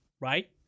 right